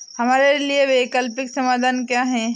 हमारे लिए वैकल्पिक समाधान क्या है?